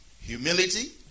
humility